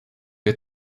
der